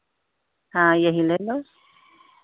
हाँ यही ले लो